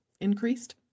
increased